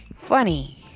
funny